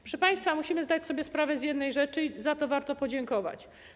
Proszę państwa, musimy zdać sobie sprawę z jednej rzeczy, i za to warto podziękować.